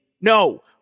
No